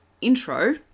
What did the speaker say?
intro